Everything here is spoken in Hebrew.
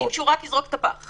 רוצים רק שהוא יזרוק את הפח.